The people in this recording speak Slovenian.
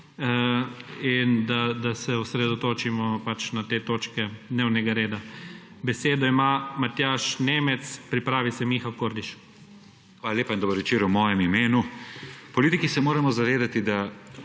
in da se osredotočimo pač na te točke dnevnega reda. Besedo ima Matjaž Nemec, pripravi se Miha Kordiš. MATJAŽ NEMEC (PS SD): Hvala lepa in dober večer v mojem imenu. Politiki se moramo zavedati, da